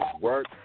work